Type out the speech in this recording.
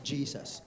Jesus